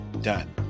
done